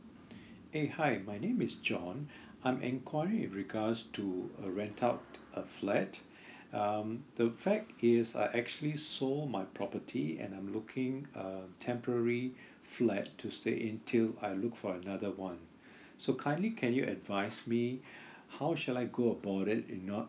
eh hi my name is john I'm inquiring in regards to uh rent out a flat um the fact is I actually sold my property and I'm looking a temporary flat to stay in till I look for another one so kindly can you advise me how should I go about it you know